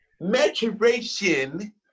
maturation